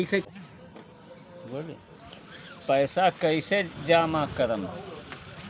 पैसा कईसे जामा करम?